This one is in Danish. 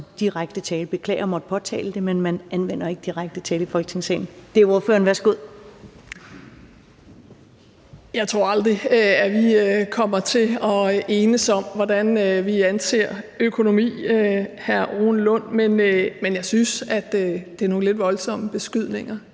direkte tiltale. Jeg beklager at måtte påtale det, men man anvender ikke direkte tiltale i Folketingssalen. Det er ordføreren. Værsgo. Kl. 13:23 Sofie Carsten Nielsen (RV): Jeg tror aldrig, at vi kommer til at enes om, hvordan vi anser økonomi, hr. Rune Lund, men jeg synes egentlig, det er nogle lidt voldsomme beskydninger.